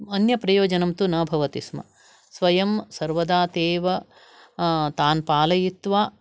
अन्यप्रयोजनं तु न भवतिस्म स्वयं सर्वदा ते एव तान् पालयित्वा